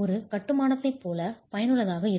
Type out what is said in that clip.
ஒரு கட்டுமானத்தைப் போல பயனுள்ளதாக இருக்காது